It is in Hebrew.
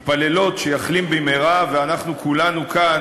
מתפללות שיחלים במהרה, ואנחנו כולנו כאן